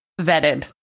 vetted